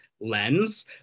lens